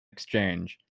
exchange